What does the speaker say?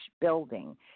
building